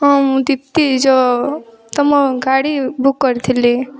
ହଁ ମୁଁ ଦୀପ୍ତି ଯେଉଁ ତୁମ ଗାଡ଼ି ବୁକ୍ କରିଥିଲି